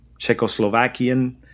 Czechoslovakian